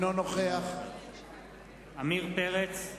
אינו נוכח עמיר פרץ,